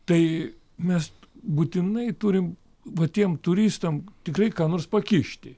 tai mes būtinai turim va tiem turistam tikrai ką nors pakišti